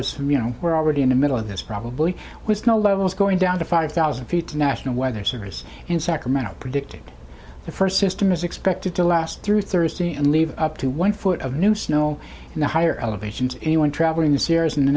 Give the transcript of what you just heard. it's from you know we're already in the middle of this probably was no level is going down to five thousand feet the national weather service in sacramento predicted the first system is expected to last through thursday and leave up to one foot of new snow in the higher elevations anyone traveling the sierras in the